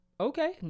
Okay